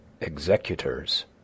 executors